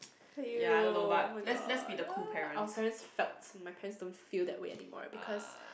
feel oh-my-god !ah! our parents felt my parents don't feel that way anymore because